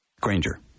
Granger